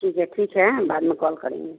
ठीक है ठीक है हम बाद में कॉल करेंगे